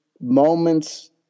moments